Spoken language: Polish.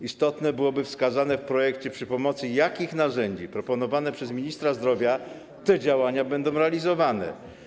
Istotne byłoby wskazanie w projekcie, przy pomocy jakich narzędzi proponowanych przez ministra zdrowia te działania będą realizowane.